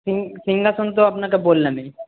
হুম সিংহাসন তো আপনাকে বললামই